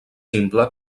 simple